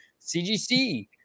CGC